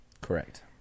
Correct